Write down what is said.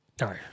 No